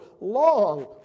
long